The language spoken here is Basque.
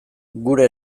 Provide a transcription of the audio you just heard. gure